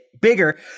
bigger